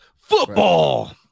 Football